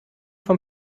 vom